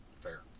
Fair